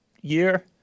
year